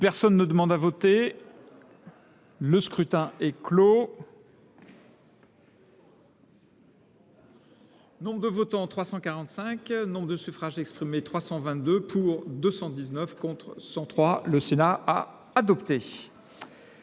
personne ne demande à voter. Le scrutin est clos. Nom de votant 345. Nom de suffrage exprimé 322 pour 219 contre 103. Le Sénat a adopté.